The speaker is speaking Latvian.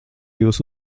jūs